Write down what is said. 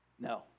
No